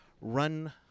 run